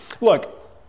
look